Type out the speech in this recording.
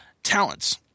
Talents